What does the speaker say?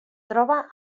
troba